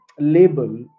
Label